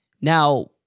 Now